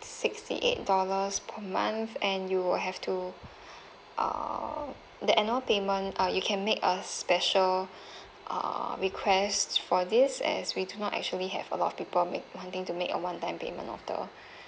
sixty eight dollars per month and you will have to uh the annual payment uh you can make a special uh requests for this as we do not actually have a lot of people make wanting to make a one time payment of the